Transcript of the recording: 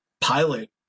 Pilot